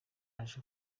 aja